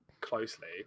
closely